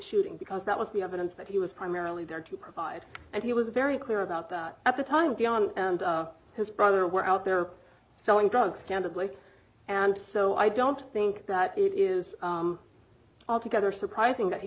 shooting because that was the evidence that he was primarily there to provide and he was very clear about that at the time his brother were out there selling drugs candidly and so i don't think it is altogether surprising that he